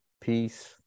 peace